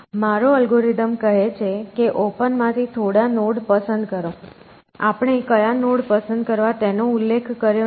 મારો અલ્ગોરિધમ કહે છે કે ઓપન માંથી થોડા નોડ પસંદ કરો આપણે કયા નોડ પસંદ કરવા તેનો ઉલ્લેખ કર્યો નથી